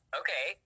okay